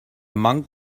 monk